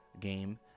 game